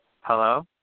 Hello